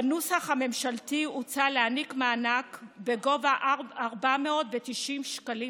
בנוסח הממשלתי הוצע להעניק מענק בגובה 490 שקלים